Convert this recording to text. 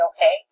okay